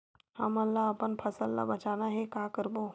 हमन ला अपन फसल ला बचाना हे का करबो?